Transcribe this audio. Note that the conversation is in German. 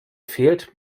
fehlt